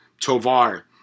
tovar